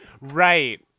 right